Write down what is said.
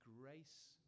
grace